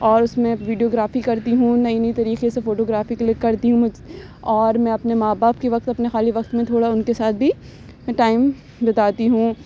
اور اس میں ویڈیوگرافی کرتی ہوں نئی نئی طریقے سے فوٹوگرافی کلک کرتی ہوں اور میں اپنے ماں باپ کے وقت اپنے خالی وقت میں تھوڑا ان کے ساتھ بھی ٹائم بتاتی ہوں